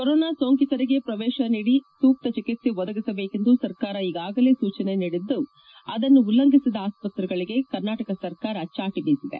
corona ಸೋಂಕಿತರಿಗೆ ಪ್ರವೇಶ ನೀಡಿ ಸೂಕ್ತ ಚಿಕಿತ್ವೆ ಒದಗಿಸಬೇಕೆಂದು ಸರಕಾರ ಈಗಾಗಲೇ ಸೂಚನೆ ನೀಡಿದ್ದರೂ ಅದನ್ನು ಉಲ್ಲಂಘಿಸಿದ ಆಸ್ಪತ್ರೆಗಳಿಗೆ ಸರಕಾರ ಚಾಟಿ ಬೀಸಿದೆ